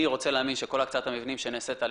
אני רוצה להאמין שכל הקצאת המבנים שנעשית על